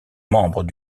membres